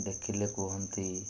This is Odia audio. ଦେଖିଲେ କୁହନ୍ତି